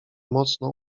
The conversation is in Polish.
mocno